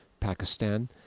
Pakistan